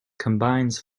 combines